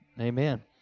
Amen